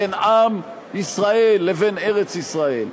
בין עם ישראל לבין ארץ-ישראל.